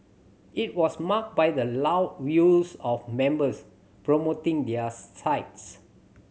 it was marked by the loud views of members promoting their sides